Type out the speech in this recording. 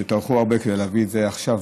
שטרחו הרבה כדי להביא את זה עכשיו,